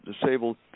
disabled